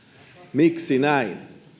miksi näin